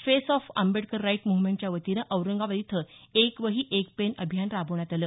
face of Ambedkarite म्व्हमेंटच्या वतीनं औरंगाबाद इथं एक वही एक पेन अभियान राबवण्यात आलं